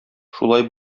шулай